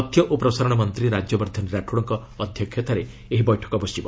ତଥ୍ୟ ଓ ପ୍ରସାରଣ ମନ୍ତ୍ରୀ ରାଜ୍ୟବର୍ଦ୍ଧନ ରାଠୋଡଙ୍କ ଅଧ୍ୟକ୍ଷତାରେ ଏହି ବୈଠକ ବସିବ